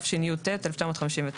התשי"ט-1959 ,